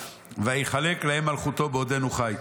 ויחלק להם מלכותו בעודנו חי.